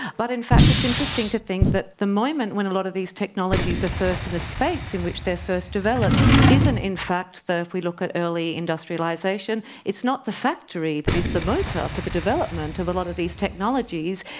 but in fact it's interesting to think that the moment when a lot of these technologies are first in the space in which they are first developed isn't in fact, if we look at early industrialisation, it's not the factory that is the motor for the development of a lot of these technologies,